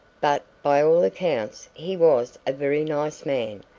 but by all accounts he was a very nice man,